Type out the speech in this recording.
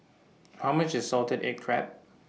How much IS Salted Egg Crab